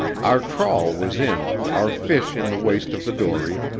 our trawl was in, our fish in the waist of the dory,